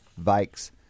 Vikes